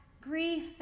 grief